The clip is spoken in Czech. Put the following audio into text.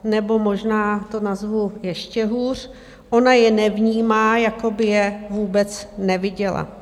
Nebo možná to nazvu ještě hůř ona je nevnímá, jako by je vůbec neviděla.